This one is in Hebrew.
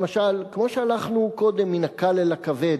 למשל, כמו שהלכנו קודם מן הקל אל הכבד,